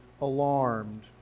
alarmed